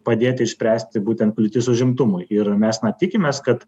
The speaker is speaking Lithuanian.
padėti išspręsti būtent kliūtis užimtumui ir mes na tikimės kad